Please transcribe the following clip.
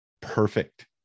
Perfect